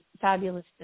fabulous